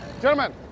Gentlemen